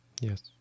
Yes